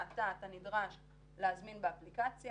מעתה אתה נדרש להזמין באפליקציה".